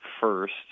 first